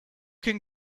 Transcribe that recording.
can